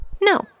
No